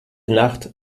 nacht